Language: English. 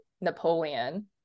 Napoleon